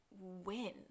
win